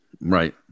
Right